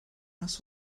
nos